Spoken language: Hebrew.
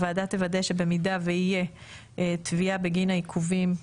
הוועדה תוודא שבמידה ותהיה תביעה בגין העיכובים,